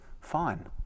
fine